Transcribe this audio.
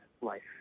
life